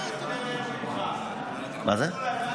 --- מה זה?